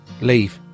leave